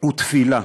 ותפילה